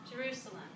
Jerusalem